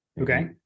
Okay